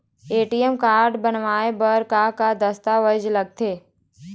ATM card बनवाए बर का का दस्तावेज लगथे?